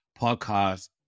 podcast